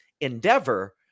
Endeavor